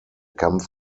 kampf